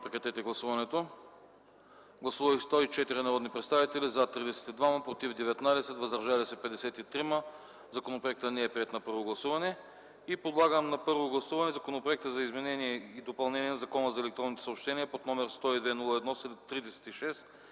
февруари 2011 г. Гласували 104 народни представители: за 32, против 19, въздържали се 53. Законопроектът не е приет на първо гласуване. Подлагам на първо гласуване Законопроект за изменение и допълнение на Закона за електронните съобщения под № 102-01-36,